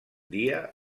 dia